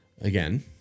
again